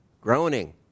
groaning